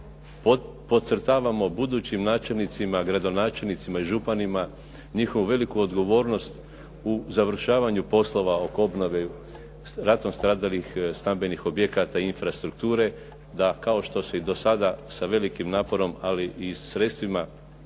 podcrtavamo budućim načelnicima, gradonačelnicima i županima njihovu veliku odgovornost u završavanju poslova oko obnove ratom stradalih stambenih objekata i infrastrukture da kao što su i do sada sa velikim naporom ali i sredstvima